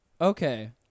Okay